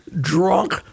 drunk